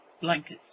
blankets